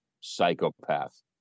psychopath